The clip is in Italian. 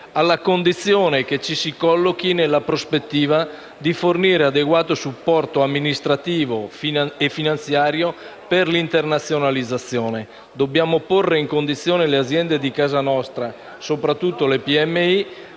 alla condizione che ci si collochi nella prospettiva di fornire adeguato supporto amministrativo e finanziario per l'internazionalizzazione. Dobbiamo porre in condizione le aziende di casa nostra, soprattutto le